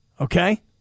Okay